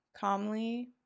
calmly